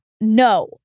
No